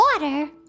water